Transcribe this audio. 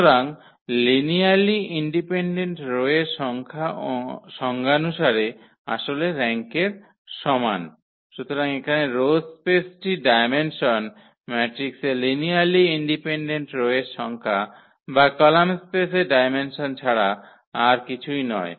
সুতরাং linearly independent row এর সংখ্যা সংজ্ঞানুসারে আসলে র্যাঙ্কের সমান সুতরাং এখানে রো স্পেসটির ডায়মেনসন ম্যাট্রিক্সের লিনিয়ারলি ইন্ডিপেন্ডেন্ট রো এর সংখ্যা বা কলাম স্পেসের ডায়মেনসন ছাড়া আর কিছুই নয়